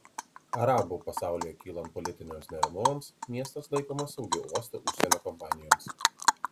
arabų pasaulyje kylant politiniams neramumams miestas laikomas saugiu uostu užsienio kompanijoms